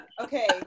Okay